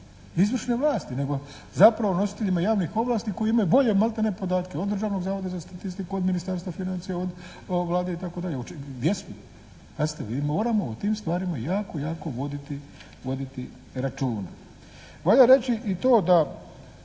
izvršne vlasti, nego zapravo nositeljima javnih ovlasti koji imaju bolje maltene podatke od Državnog zavoda za statistiku, od Ministarstva financija, od Vlade itd. Gdje smo? Pazite mi moramo o tim stvarima jako, jako voditi računa. Valja reći i to da